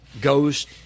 goes